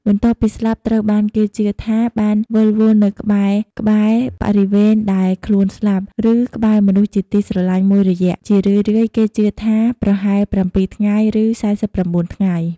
បន្ទាប់ពីស្លាប់ត្រូវបានគេជឿថាបាន វិលវល់នៅក្បែរៗបរិវេណដែលខ្លួនស្លាប់ ឬក្បែរមនុស្សជាទីស្រឡាញ់មួយរយៈ ជារឿយៗគេជឿថាប្រហែល៧ថ្ងៃ ឬ៤៩ ថ្ងៃ។